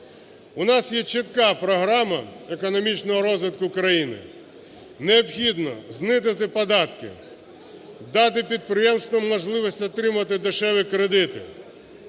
У нас є чітка програма економічного розвитку країни. Необхідно знизити податки, дати підприємствам можливість отримати дешеві кредити,